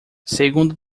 segundo